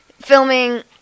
filming